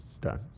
done